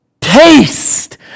taste